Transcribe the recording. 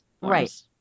Right